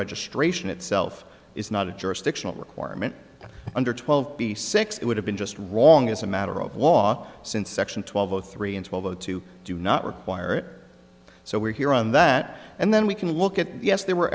registration itself is not a jurisdictional requirement under twelve b six it would have been just wrong as a matter of law since section twelve zero three and twelve o two do not require it so we're here on that and then we can look at yes there were